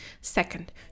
Second